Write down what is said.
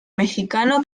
mexicano